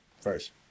first